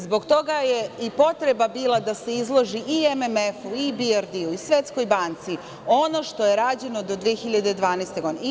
Zbog toga je i potreba bila da se izloži i MMF-u, i Dijardiju i Svetskoj banci, ono što je rađeno do 2012. godine.